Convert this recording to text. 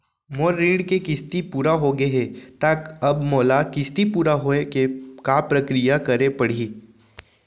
मोर ऋण के किस्ती पूरा होगे हे ता अब मोला किस्ती पूरा होए के का प्रक्रिया करे पड़ही?